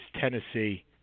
Tennessee